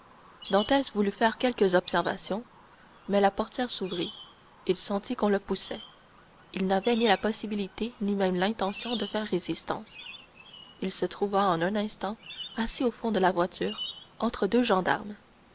dantès voulut faire quelques observations mais la portière s'ouvrit il sentit qu'on le poussait il n'avait ni la possibilité ni même l'intention de faire résistance il se trouva en un instant assis au fond de la voiture entre deux gendarmes